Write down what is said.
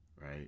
right